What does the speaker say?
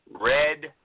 Red